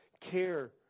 care